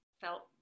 felt